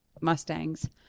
Mustangs